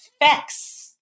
effects